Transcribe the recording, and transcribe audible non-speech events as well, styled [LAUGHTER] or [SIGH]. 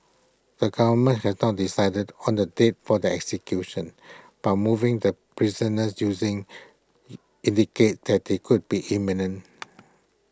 the government has not decided on the date for the executions but moving the prisoners using [NOISE] indicates that they could be imminent